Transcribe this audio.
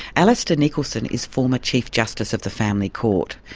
alistair nicholson is former chief justice of the family court.